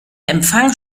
empfang